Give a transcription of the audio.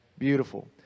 Beautiful